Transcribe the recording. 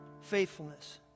faithfulness